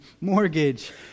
mortgage